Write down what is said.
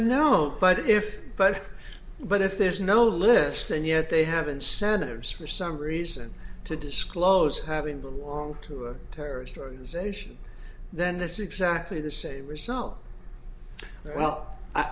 no but if but but if there's no list and yet they have incentives for some reason to disclose having belong to a terrorist organization then that's exactly the same result well i